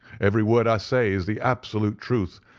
every word i say is the absolute truth,